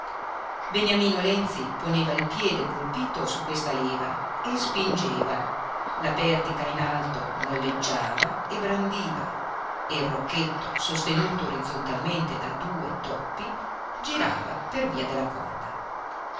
beniamino lenzi poneva il piede colpito su questa leva e spingeva la pertica in alto molleggiava e brandiva e il rocchetto sostenuto orizzontalmente da due toppi girava per via della corda